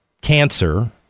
cancer